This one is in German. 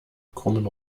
krummen